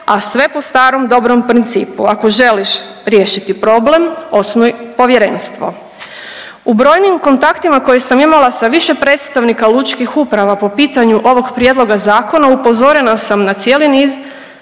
a sve po starom dobrom principu, ako želiš riješiti problem osnuj povjerenstvo. U brojnim kontaktima koje sam imala sa više predstavnika lučkih uprava po pitanju ovog prijedloga zakona upozorena sam na cijeli niz